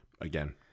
again